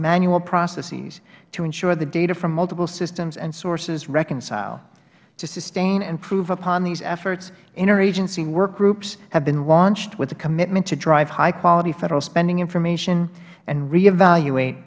manual process to ensure the data from multiple systems and sources reconcile to sustain and improve upon these efforts inter agency work groups have been launched with the commitment to drive high quality federal spending information and reevaluat